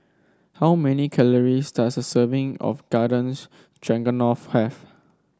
how many calories does a serving of Garden Stroganoff have